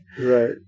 Right